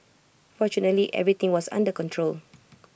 fortunately everything was under control